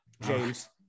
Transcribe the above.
James